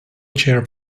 chair